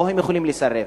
או שהם יכולים לסרב?